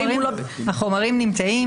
החומרים נמצאים.